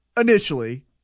initially